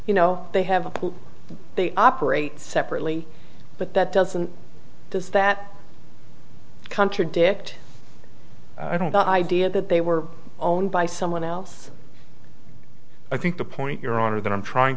you know they have a pool they operate separately but that doesn't does that contradict i don't know idea that they were owned by someone else i think the point your honor that i'm trying